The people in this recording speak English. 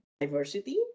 diversity